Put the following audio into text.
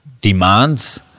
demands